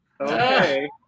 Okay